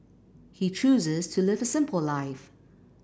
he chooses to live a simple life